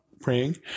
praying